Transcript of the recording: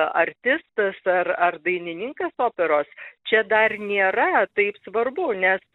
artistas ar ar dainininkas operos čia dar nėra taip svarbu nes